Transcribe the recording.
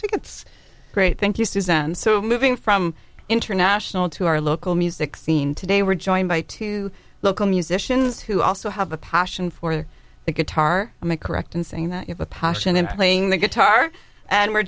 tickets great thank you suzanne so moving from international to our local music scene today we're joined by two local musician who also have a passion for the guitar and may correct in saying that if a passion in playing the guitar and we're